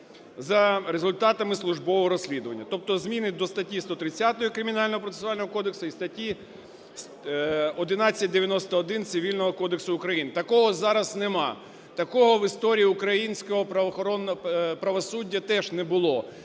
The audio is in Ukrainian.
за результатами службового розслідування. Тобто зміни до статті 130 Кримінального процесуального кодексу і статті 11.91 Цивільного кодексу України. Такого зараз нема, такого в історії українського правосуддя теж не було,